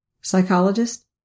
psychologist